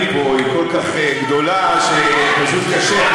כמות השקרים פה היא כל כך גדולה, שפשוט קשה.